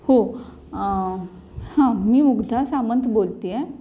हो हां मी मुग्धा सामंत बोलते आहे